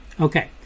Okay